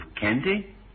candy